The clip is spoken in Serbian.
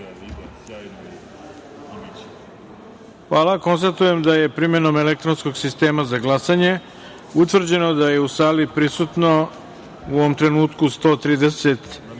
jedinice. Konstatujem da je primenom elektronskog sistema za glasanje utvrđeno da je u sali prisutno, u ovom trenutku, 134